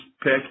pick